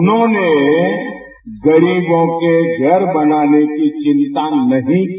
उन्होंने गरीबों के घर बनाने की चिंता नहीं की